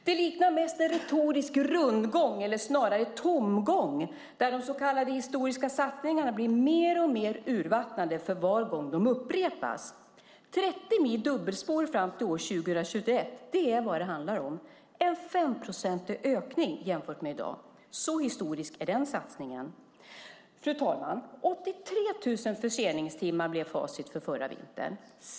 Det liknar mest en retorisk rundgång, eller snarare tomgång, där de så kallade historiska satsningarna blir mer och mer urvattnade för var gång de upprepas. 30 mil dubbelspår fram till år 2021 är vad det handlar om, en 5-procentig ökning jämfört med i dag. Så historisk är den satsningen. Fru talman! 83 000 förseningstimmar blev facit för förra vintern.